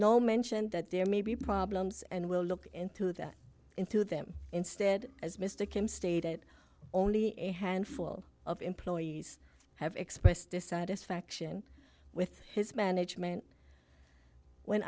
no mention that there may be problems and will look into that into them instead as mr kim stated only a handful of employees have expressed dissatisfaction with his management when